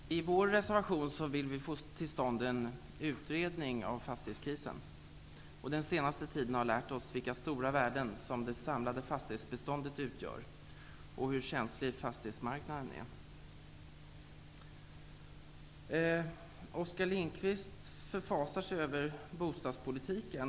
Herr talman! I vår reservation vill vi få till stånd en utredning av fastighetskrisen. Den senaste tiden har lärt oss vilka stora värden som det samlade fastighetsbeståndet utgör och hur känslig fastighetsmarknaden är. Oskar Lindkvist förfasar sig över bostadspolitiken.